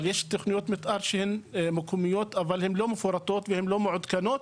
אבל יש תוכניות מתאר שהן מקומיות אבל הן לא מפורטות והן לא מעודכנות,